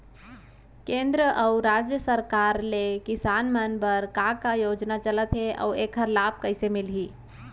केंद्र अऊ राज्य सरकार ले किसान मन बर का का योजना चलत हे अऊ एखर लाभ कइसे मिलही?